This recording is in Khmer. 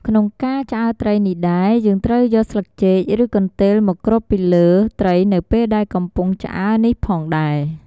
ក្នុងការឆ្អើរត្រី នេះដែរ យើងត្រូវយកស្លឹកចេក ឬ កន្ទេលមកគ្របពីលើ ត្រីនៅពេលដែលកំពុងឆ្អើរនេះផងដែរ។